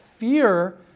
Fear